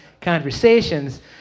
conversations